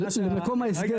למקום ההסגר.